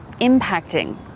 impacting